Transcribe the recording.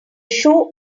show